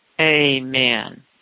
Amen